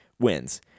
Wins